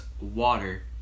water